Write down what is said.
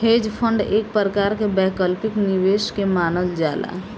hedge fund एक प्रकार के वैकल्पिक निवेश के मानल जाला